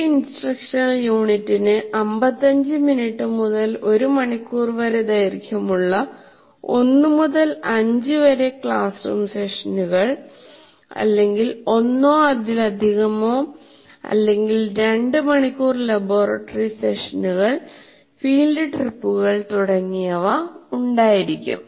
ഒരു ഇൻസ്ട്രക്ഷണൽ യൂണിറ്റിന് 55 മിനിറ്റ് മുതൽ 1 മണിക്കൂർ വരെ ദൈർഘ്യമുള്ള 1 മുതൽ 5 വരെ ക്ലാസ് റൂം സെഷനുകൾ ഒന്നോ അതിലധികമോ അല്ലെങ്കിൽ രണ്ട് മണിക്കൂർ ലബോറട്ടറി സെഷനുകൾ ഫീൽഡ് ട്രിപ്പുകൾ തുടങ്ങിയവ ഉണ്ടായിരിക്കും